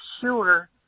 sure